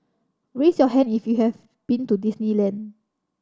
raise your hand if you have been to Disneyland